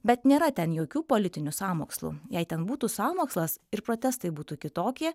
bet nėra ten jokių politinių sąmokslų jei ten būtų sąmokslas ir protestai būtų kitokie